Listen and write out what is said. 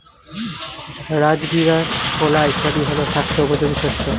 রাজগীরা, ছোলা ইত্যাদি হল স্বাস্থ্য উপযোগী শস্য